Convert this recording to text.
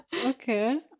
Okay